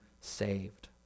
saved